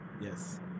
Yes